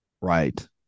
Right